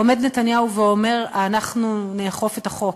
עומד נתניהו ואומר: אנחנו נאכוף את החוק.